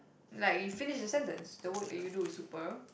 like you finish the sentence the work that you do is super